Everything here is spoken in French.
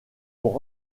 pour